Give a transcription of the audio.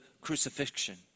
crucifixion